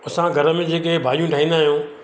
असां घर में जेके भाॼियूं ठाहींदा आहियूं